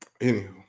Anyhow